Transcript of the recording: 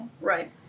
Right